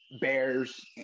bears